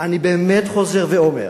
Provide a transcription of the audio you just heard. אני באמת חוזר ואומר,